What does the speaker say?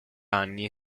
anni